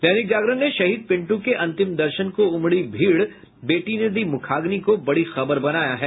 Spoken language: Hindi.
दैनिक जागरण ने शहीद पिंटू के अंतिम दर्शन को उमड़ी भीड़ बेटी ने दी मुखाग्नि को बड़ी खबर बनाया है